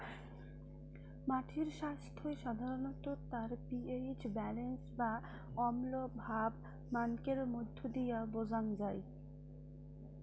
মাটির স্বাইস্থ্য সাধারণত তার পি.এইচ ব্যালেন্স বা অম্লভাব মানকের মইধ্য দিয়া বোঝাং যাই